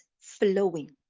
flowing